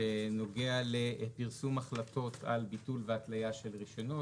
שנוגע לפרסום החלטות עם ביטול והתלייה של רישיונות